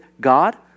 God